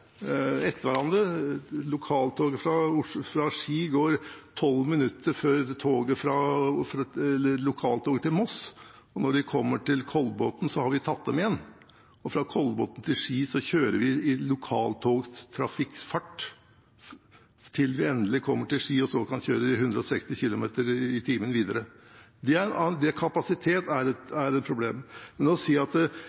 etter hverandre. Lokaltoget fra Oslo til Ski går 12 minutter før lokaltoget til Moss. Når vi kommer til Kolbotn, har vi tatt dem igjen. Fra Kolbotn til Ski kjører vi i lokaltogsfart, til vi endelig kommer til Ski og kan kjøre i 160 km/t videre. Kapasitet er et problem. Men å si at en anbudsprosess nødvendigvis skal føre til at de ansatte får dårlige arbeidsvilkår, den kjøper jeg ikke. Det er